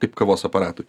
kaip kavos aparatui